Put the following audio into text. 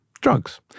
drugs